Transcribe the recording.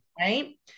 right